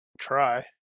Try